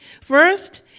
First